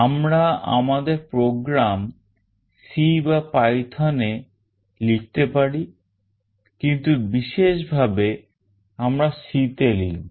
আমরা আমাদের program C বা python এ লিখতে পারি কিন্তু বিশেষ ভাবে আমরা C তে লিখব